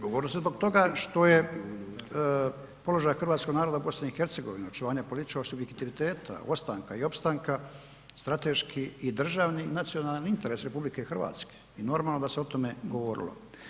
Govorilo se zbog toga što je položaj hrvatskog naroda u BiH očuvanja političkog subjektiviteta, ostanka i opstanka strateški i državni i nacionalan interes RH i normalno da se o tome govorilo.